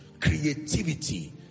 creativity